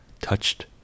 touched